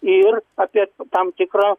ir apie tam tikrą